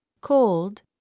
cold